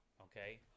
Okay